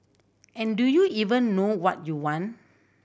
and do you even know what you want